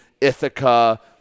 Ithaca